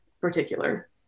particular